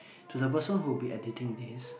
to the person who be editing this